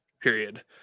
period